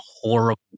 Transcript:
horrible